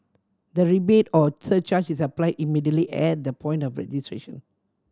the rebate or surcharge is apply immediately at the point of registration